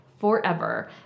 forever